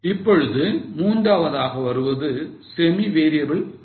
இப்பொழுது மூன்றாவதாக வருவது semi variable cost